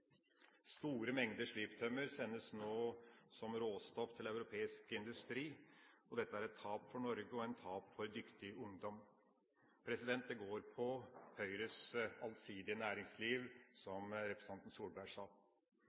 Store mengder sliptømmer sendes nå som råstoff til europeisk industri. Dette er et tap for Norge og et tap for dyktig ungdom. Det går på Høyres allsidige næringsliv, som representanten Solberg sa.